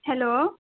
hello